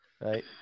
right